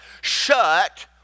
shut